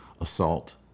assault